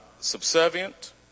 subservient